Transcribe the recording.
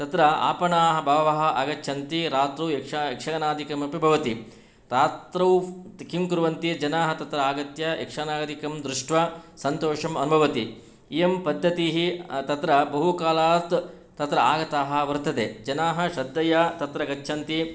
तत्र आपणानि बहवः आगच्छन्ति रात्रौ यक्षगानादिकम् अपि भवति तात्रौ किं कुर्वन्ति जनाः तत्र आगत्य यक्षगाणादिकं दृष्ट्वा सन्तोषम् अनुभवति इयं पद्धतिः तत्र बहुकालात् तत्र आगताः वर्तते जनाः श्रद्धया तत्र गच्छन्ति